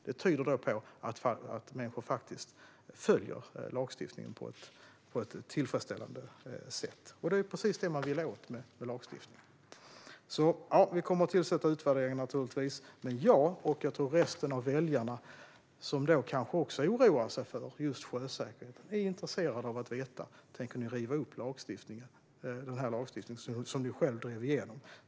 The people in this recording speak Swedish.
Det tyder på att människor faktiskt följer lagstiftningen på ett tillfredsställande sätt, och det är precis det man vill åt med lagstiftning. Ja, vi kommer att tillsätta utvärderingen. Men jag och troligen resten av väljarna, som kanske också oroar sig över sjösäkerheten, är intresserade av att veta om ni tänker riva upp lagstiftningen som ni själva drev igenom.